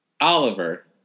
Oliver